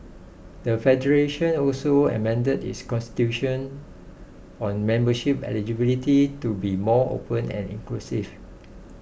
the federation also amended its constitution on membership eligibility to be more open and inclusive